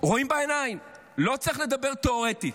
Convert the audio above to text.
רואים בעיניים, לא צריך לדבר תיאורטית,